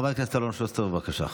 חבר הכנסת אלון שוסטר, בבקשה.